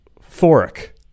fork